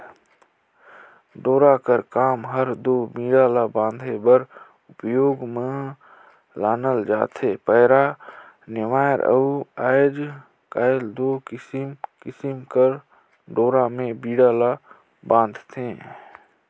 डोरा कर काम हर दो बीड़ा ला बांधे बर उपियोग मे लानल जाथे पैरा, नेवार अउ आएज काएल दो किसिम किसिम कर डोरा मे बीड़ा ल बांधथे